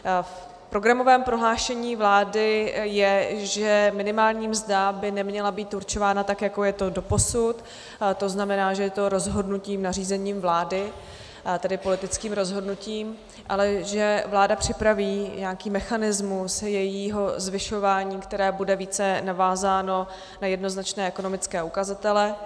V programovém prohlášení vlády je, že minimální mzda by neměla být určována, tak jako je to doposud, to znamená, že je to rozhodnutí nařízením vlády, tedy politickým rozhodnutím, ale že vláda připraví nějaký mechanismus jejího zvyšování, které bude více navázáno na jednoznačné ekonomické ukazatele.